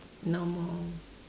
normal